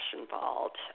involved